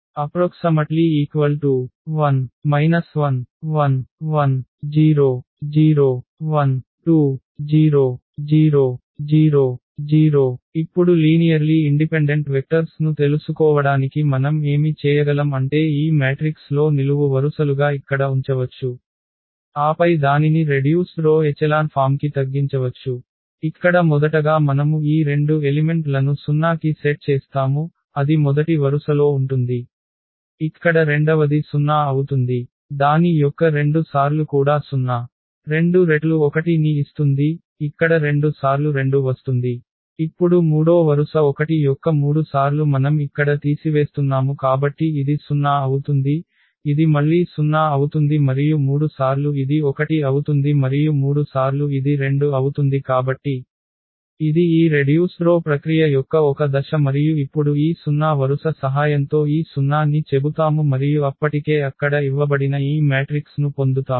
1 1 1 1 0 0 1 2 0 0 0 0 ఇప్పుడు linearly independent vectors ను తెలుసుకోవడానికి మనం ఏమి చేయగలం అంటే ఈ మ్యాట్రిక్స్ లో నిలువు వరుసలుగా ఇక్కడ ఉంచవచ్చు ఆపై దానిని రెడ్యూస్డ్ రో ఎచెలాన్ ఫామ్ కి తగ్గించవచ్చు ఇక్కడ మొదటగా మనము ఈ రెండు ఎలిమెంట్ లను 0 కి సెట్ చేస్తాము అది మొదటి వరుసలో ఉంటుంది ఇక్కడ రెండవది 0 అవుతుంది దాని యొక్క రెండు సార్లు కూడా 0 రెండు రెట్లు 1 ని ఇస్తుంది ఇక్కడ రెండు సార్లు 2 వస్తుంది ఇప్పుడు 3 వ వరుస 1 యొక్క 3 సార్లు మనం ఇక్కడ తీసివేస్తున్నాము కాబట్టి ఇది 0 అవుతుంది ఇది మళ్ళీ 0 అవుతుంది మరియు 3 సార్లు ఇది 1 అవుతుంది మరియు 3 సార్లు ఇది 2 అవుతుంది కాబట్టి ఇది ఈ రెడ్యూస్డ్ రో ప్రక్రియ యొక్క ఒక దశ మరియు ఇప్పుడు ఈ 0 వ వరుస సహాయంతో ఈ 0 ని చెబుతాము మరియు అప్పటికే అక్కడ ఇవ్వబడిన ఈ మ్యాట్రిక్స్ ను పొందుతాము